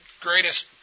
greatest